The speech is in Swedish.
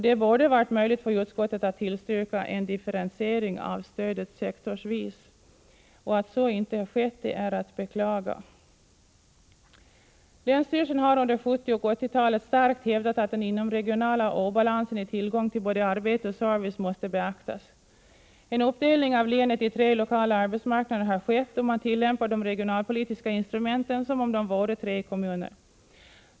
Det borde ha varit möjligt för utskottet att tillstyrka en differentiering av stödet sektorsvis. Att så inte skett är att beklaga. Länsstyrelsen har under 1970 och 1980-talet starkt hävdat att den inomregionala obalansen i tillgång till både arbete och service måste beaktas. En uppdelning av länet i tre lokala arbetsmarknader har skett, och man tillämpar de regionalpolitiska instrumenten som om det gällde tre kommuner.